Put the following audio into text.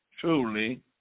truly